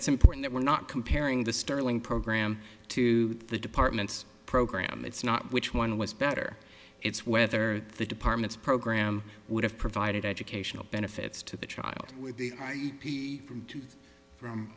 it's important that we're not comparing the sterling program to the department's program it's not which one was better it's whether the department's program would have provided educational benefits to the child with the high e p a from two from